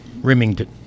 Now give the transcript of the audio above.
Remington